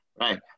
Right